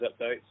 updates